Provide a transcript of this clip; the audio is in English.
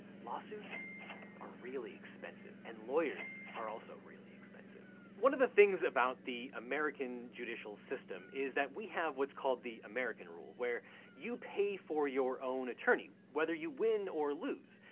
lawsuits are really expensive, and lawyers are also really expensive. one of the things about the american judicial system is that we have what's called the american rule, where you pay for your own attorney, whether you win or lose.